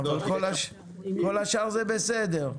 כל השאר זה בסדר.